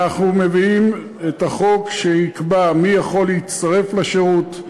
אנחנו מביאים חוק שיקבע מי יכול להצטרף לשירות,